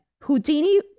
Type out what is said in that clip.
Houdini